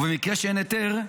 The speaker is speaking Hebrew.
ובמקרה שאין היתר,